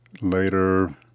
Later